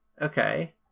Okay